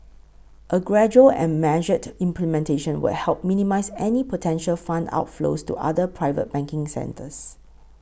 a gradual and measured implementation would help minimise any potential fund outflows to other private banking centres